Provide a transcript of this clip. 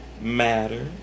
matter